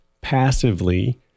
passively